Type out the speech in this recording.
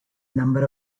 number